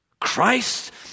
Christ